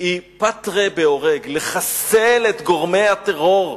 היא פתרין בהורג, לחסל את גורמי הטרור,